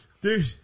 Dude